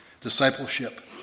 discipleship